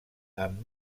amb